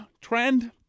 trend